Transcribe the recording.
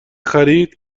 خرید